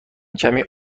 کمی